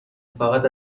فقط